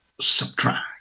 subtract